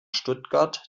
stuttgart